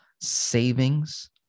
savings